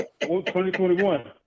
2021